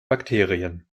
bakterien